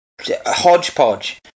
hodgepodge